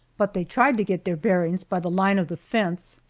but they tried to get their bearings by the line of the fence,